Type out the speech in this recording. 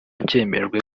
byemejwe